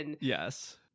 Yes